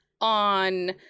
on